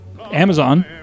Amazon